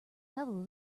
handle